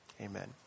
Amen